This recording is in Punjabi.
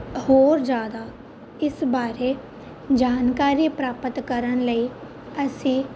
ਹੋਰ ਜ਼ਿਆਦਾ ਇਸ ਬਾਰੇ ਜਾਣਕਾਰੀ ਪ੍ਰਾਪਤ ਕਰਨ ਲਈ ਅਸੀਂ